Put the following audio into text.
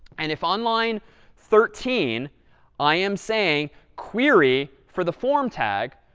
and if on line thirteen i am saying query for the form tag,